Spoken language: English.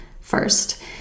first